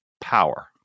power